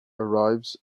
arrives